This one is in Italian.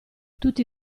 tutti